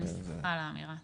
אני שמחה על האמירה.